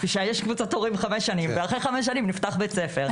ואחרי חמש שנים נפתח בית ספר.